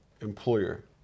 employer